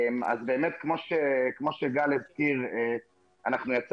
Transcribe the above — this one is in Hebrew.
אז באמת כמו שגל הזכיר, אנחנו,